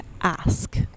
ask